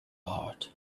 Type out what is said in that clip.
art